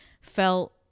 felt